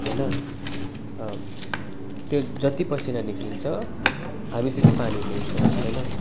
होइन त्यो जति पसिना निक्लिन्छ हामी त्यति पानी पिउँछौँ होइन